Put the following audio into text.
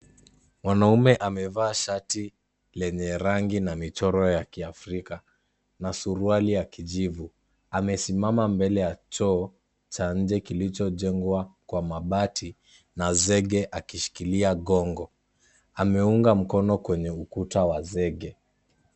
Mwanaume amevaa shati lenye rangi na michoro ya Kiafrika na suruali ya kijivu. Amesimama mbele ya choo cha nje kilichojengwa kwa mabati na zege akishikilia gongo. Ameunga mkono kwenye ukuta wa zege.